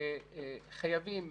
שחייבים